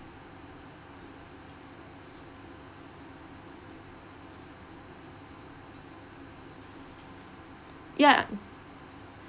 ya mm